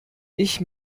ich